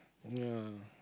ya